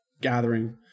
gathering